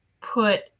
put